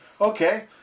okay